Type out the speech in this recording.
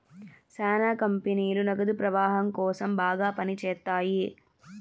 శ్యానా కంపెనీలు నగదు ప్రవాహం కోసం బాగా పని చేత్తాయి